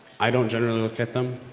i don't generally look at them.